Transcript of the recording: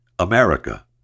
America